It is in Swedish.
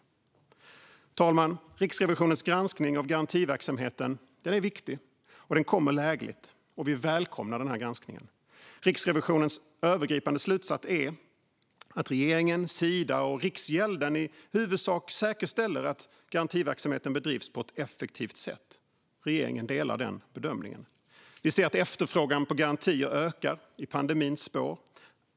Fru talman! Riksrevisionens granskning av garantiverksamheten är viktig och kommer lägligt, och vi välkomnar den granskningen. Riksrevisionens övergripande slutsats är att regeringen, Sida och Riksgälden i huvudsak säkerställer att garantiverksamheten bedrivs på ett effektivt sätt. Regeringen delar den bedömningen. Vi ser att efterfrågan på garantier ökar i pandemins spår.